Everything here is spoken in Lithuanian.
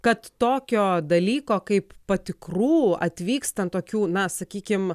kad tokio dalyko kaip patikrų atvykstant tokių na sakykim